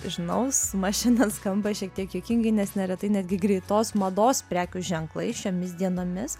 žinau suma šiandien skamba šiek tiek juokingai nes neretai netgi greitos mados prekių ženklai šiomis dienomis